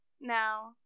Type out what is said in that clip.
now